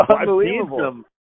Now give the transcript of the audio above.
unbelievable